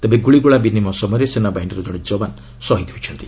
ତେବେ ଗୁଳିଗୋଳା ବିନିମୟ ସମୟରେ ସେନାବାହିନୀର ଜଣେ ଯବାନ ଶହୀଦ୍ ହୋଇଛନ୍ତି